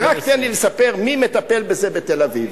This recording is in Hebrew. בסדר, אז רק תן לי לספר מי מטפל בזה בתל-אביב.